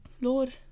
lord